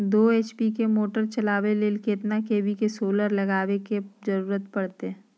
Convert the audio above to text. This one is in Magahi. दो एच.पी के मोटर चलावे ले कितना के.वी के सोलर लगावे के जरूरत पड़ते?